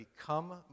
become